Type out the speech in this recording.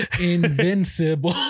Invincible